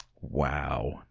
Wow